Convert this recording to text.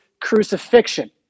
crucifixion